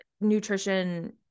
nutrition